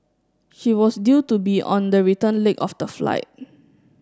she was due to be on the return leg of the flight